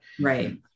Right